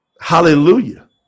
Hallelujah